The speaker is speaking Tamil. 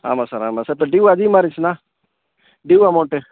ஆமாம் சார் ஆமாம் சார் இப்போ ட்யூ அதிகமாக இருந்துச்சுன்னா ட்யூ அமௌண்ட்டு